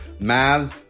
Mavs